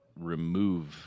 remove